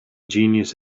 genius